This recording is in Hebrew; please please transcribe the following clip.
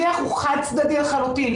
השיח הוא חד צדדי לחלוטין.